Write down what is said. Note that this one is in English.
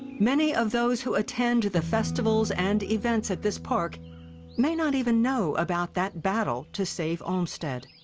many of those who attend the festivals and events at this park may not even know about that battle to save olmsted.